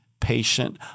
patient